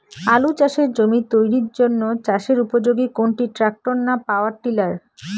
আলু চাষের জমি তৈরির জন্য চাষের উপযোগী কোনটি ট্রাক্টর না পাওয়ার টিলার?